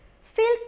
Filth